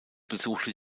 besuchte